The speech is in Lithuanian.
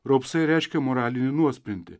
raupsai reiškė moralinį nuosprendį